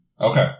Okay